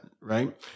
right